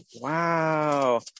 Wow